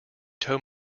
tow